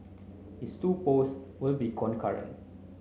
his two post will be concurrent